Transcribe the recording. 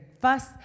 fuss